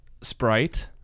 Sprite